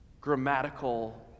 grammatical